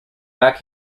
back